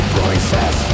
voices